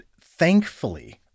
thankfully